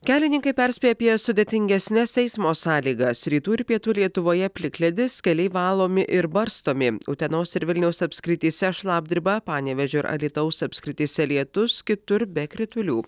kelininkai perspėja apie sudėtingesnes eismo sąlygas rytų ir pietų lietuvoje plikledis keliai valomi ir barstomi utenos ir vilniaus apskrityse šlapdriba panevėžio ir alytaus apskrityse lietus kitur be kritulių